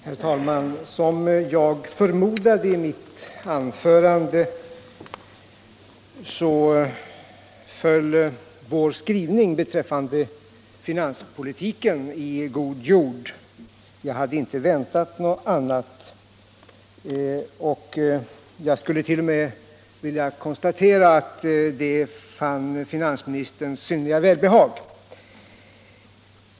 Herr talman! Som jag förmodade i mitt anförande föll utskottets skrivning beträffande finanspolitiken i god jord. Jag hade heller inte väntat mig något annat, och jag skulle t.o.m. kunna konstatera att den vann finansministerns synnerliga välbehag.